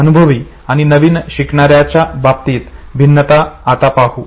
अनुभवी आणि नवीन शिकणाऱ्याच्या बाबतीत भिन्नता आता पाहु